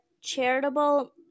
charitable